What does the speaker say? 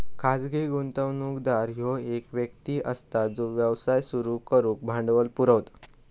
खाजगी गुंतवणूकदार ह्यो एक व्यक्ती असता जो व्यवसाय सुरू करुक भांडवल पुरवता